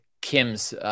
Kim's